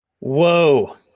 Whoa